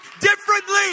differently